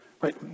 right